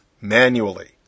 manually